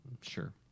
Sure